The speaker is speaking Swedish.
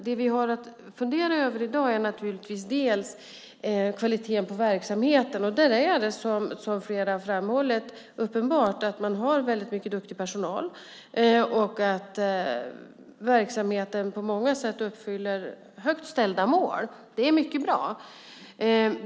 Det vi har att fundera över i dag är naturligtvis delvis kvaliteten på verksamheten. Där är det, som flera har framhållit, uppenbart att man har väldigt mycket duktig personal och att verksamheten på många sätt uppfyller högt ställda mål. Det är mycket bra.